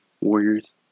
Warriors